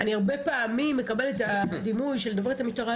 הרבה פעמים אני מקבלת את הכינוי "דוברת המשטרה".